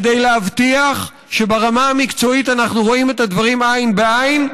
כדי להבטיח שברמה המקצועית אנחנו רואים את הדברים עין בעין,